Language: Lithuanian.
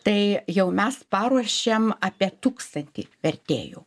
tai jau mes paruošėm apie tūkstantį vertėjų